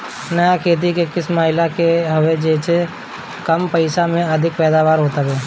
नया खेती के स्कीम आइल हवे जेसे कम पइसा में अधिका पैदावार होत हवे